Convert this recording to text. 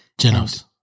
Genos